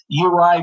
UI